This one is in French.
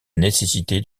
nécessité